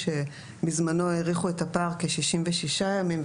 בזמנו העריכו את הפער כ-66 ימים,